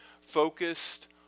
focused